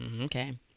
Okay